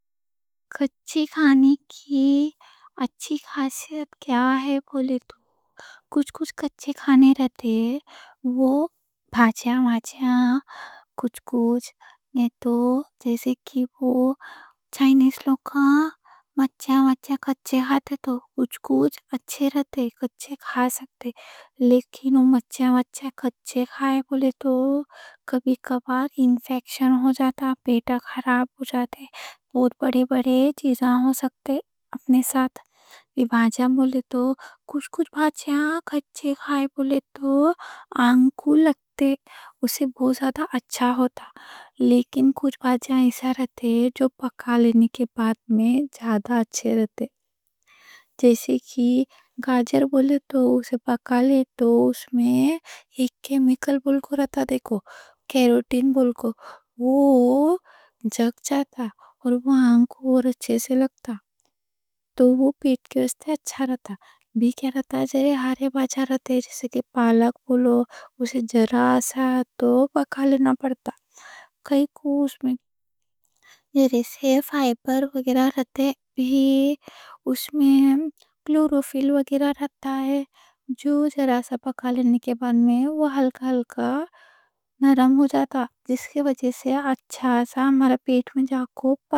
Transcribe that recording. کچے کھانے کی اچھی خاصیت کیا ہے بولے تو کچھ کچے کھانے رہتے، جیسے کہ مچھیاں مچھیاں، چائنیز لوگاں کچے کھاتے، تو کچھ کچھ اچھے رہتے کچے کھا سکتے، لیکن مچھیاں مچھیاں کچے کھائے بولے تو کبھی کبار انفیکشن ہو جاتا، پیٹ خراب ہو جاتا، بہت بڑے بڑے چیزاں ہو سکتے اپنے ساتھ کچھ کچھ بھاجیاں کچے کھائے بولے تو آنکو لگتے، اس سے بہت اچھا ہوتا لیکن کچھ بھاجیاں ایسا رہتے جو پکا لینے کے بعد میں زیادہ اچھے رہتے جیسے کہ گاجر بولے تو، اسے پکا لی تو اس میں ایک کیمیکل کیروٹین بولتے، وہ جگ جاتا، اور وہ آنکو اور اچھے سے لگتا اور ہری پتے جیسے کہ پالک بولو، اسے ذرا سا تو پکا لینا پڑتا، کائیں کوں اس میں فائبر وغیرہ رہتے، اور اس میں کلورو فِل وغیرہ رہتا ذرا سا پکا لینے کے بعد وہ ہلکا ہلکا نرم ہو جاتا، جس کے وجہ سے اچھا سا ہمارا پیٹ میں جا کو